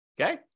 Okay